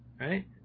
right